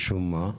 משום מה,